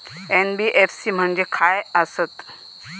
NBFC म्हणजे खाय आसत?